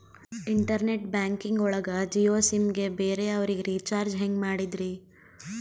Internet banking ಒಳಗ Jio sim ಗೆ ಬೇರೆ ಅವರಿಗೆ ರೀಚಾರ್ಜ್ ಹೆಂಗ್ ಮಾಡಿದ್ರಿ?